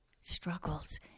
struggles